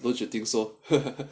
don't you think so